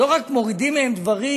לא רק מורידים מהם דברים,